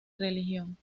religión